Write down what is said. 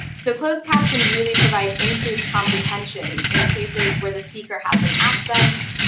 so closed captions really provide increased comprehension in cases where the speaker has an accent,